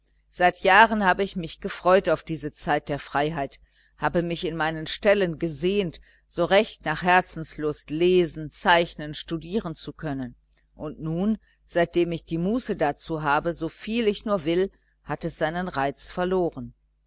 seit jahren habe ich mich gefreut auf diese zeit der freiheit habe mich in meinen stellen gesehnt so recht nach herzenslust lesen zeichnen studieren zu können und nun seitdem ich muße dazu habe so viel ich nur will hat es seinen reiz verloren